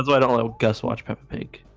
like don't you know guess watch peppa pig